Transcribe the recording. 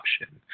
option